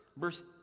verse